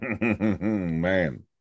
Man